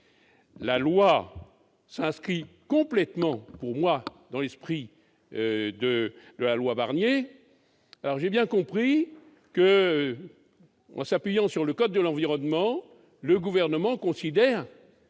loi qui s'inscrit pleinement dans l'esprit de la loi Barnier ? J'ai bien compris que, en s'appuyant sur le code de l'environnement, le Gouvernement considère